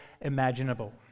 imaginable